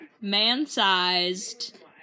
man-sized